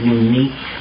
unique